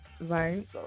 Right